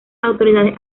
autoridades